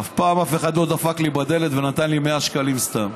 אף פעם אף אחד לא דפק לי בדלת ונתן לי 100 שקלים סתם.